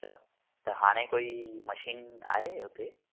छा त हाणे कोई मशीन आहे हुते